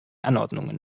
anordnungen